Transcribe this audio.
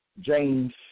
James